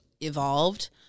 evolved